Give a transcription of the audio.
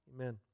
amen